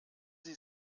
sie